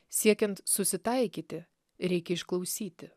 siekiant susitaikyti reikia išklausyti